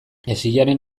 hesiaren